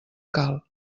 cal